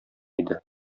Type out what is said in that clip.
иде